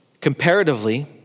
Comparatively